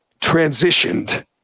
transitioned